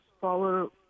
follow